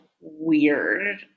weird